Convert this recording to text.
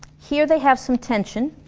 here they have some tension